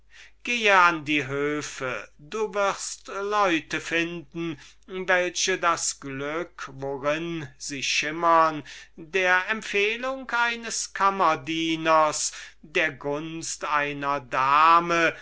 an die höfe du wirst leute finden welche das glück worin sie schimmern der empfehlung eines kammerdieners der gunst einer dame